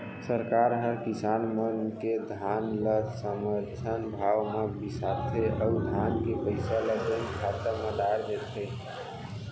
सरकार हर किसान मन के धान ल समरथन भाव म बिसाथे अउ धान के पइसा ल बेंक खाता म डार देथे